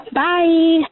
bye